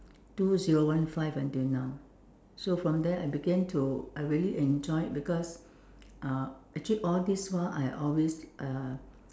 two zero one five until now so from there I began to I really enjoy it because uh actually all this while I always uh